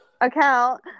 account